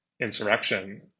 insurrection